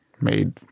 made